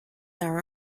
our